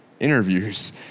interviews